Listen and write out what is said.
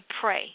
pray